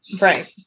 right